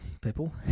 people